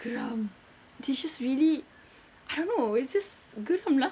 geram they just really I don't know it's just geram lah